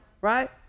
right